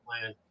plan